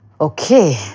okay